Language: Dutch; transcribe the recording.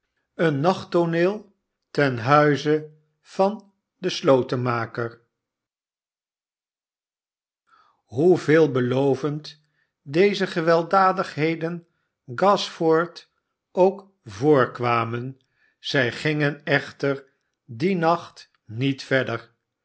een nachttooneel ten huize van den slotenmaker hoe veelbelovend deze gewelddadigheden gashford ook voorkwamen zij gingen echter dien nacht niet verder